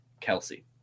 kelsey